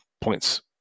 points